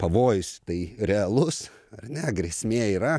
pavojus tai realus ar ne grėsmė yra